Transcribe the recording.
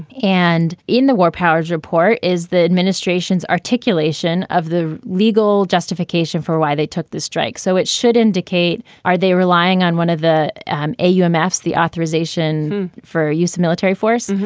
and in the war powers report is the administration's articulation of the legal justification for why they took this strike. so it should indicate are they relying on one of the a u n. maps, the authorization for use of military force?